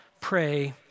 pray